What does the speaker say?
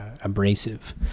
abrasive